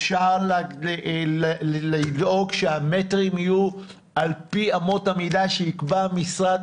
אפשר לדאוג שהמטרים יהיו על פי אמות המידה שיקבע המשרד.